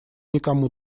никому